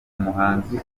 umuhanzi